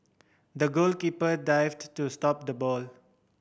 the goalkeeper dived to stop the ball